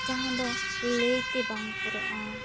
ᱡᱟᱦᱟᱸ ᱫᱚ ᱞᱟᱹᱭ ᱛᱮ ᱵᱟᱝ ᱯᱩᱨᱟᱹᱜ ᱟ